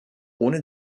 ohne